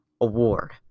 Award